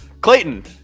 Clayton